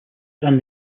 and